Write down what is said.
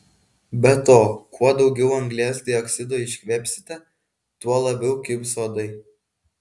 be to kuo daugiau anglies dioksido iškvėpsite tuo labiau kibs uodai